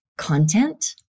Content